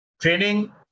training